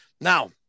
Now